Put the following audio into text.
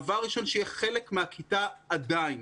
דבר ראשון שיהיה חלק מהכיתה עדיין.